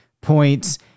points